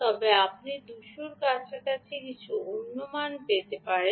তবে আপনি 200 এর কাছাকাছি কিছু অন্য মান পেতে পারেন